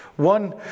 One